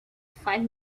five